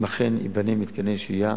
אם אכן ייבנו מתקני שהייה,